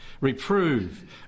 reprove